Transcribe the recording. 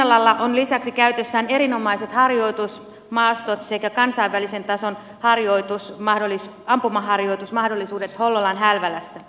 hennalalla on lisäksi käytössään erinomaiset harjoitusmaastot sekä kansainvälisen tason ampumaharjoitusmahdollisuudet hollolan hälvälässä